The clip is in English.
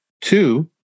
Two